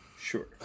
Sure